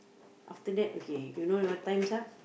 after that okay you know your times up